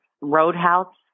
Roadhouse